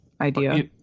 idea